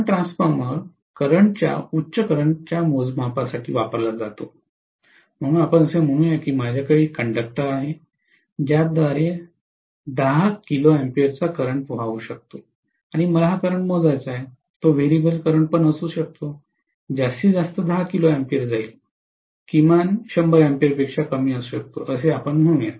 current transformer करंटच्या उच्च करंटच्या मोजमापासाठी वापरला जात आहे म्हणून आपण असे म्हणू या की माझ्याकडे एक कंडक्टर आहे ज्याद्वारे 10 kA चा करंट वाहू शकतो आणि मला हा करंट मोजायचा आहे तो व्हेरिएबल करंट असू शकतो जास्तीत जास्त 10 kA आहे किमान 100 A पेक्षा कमी असू शकतो असे आपण म्हणू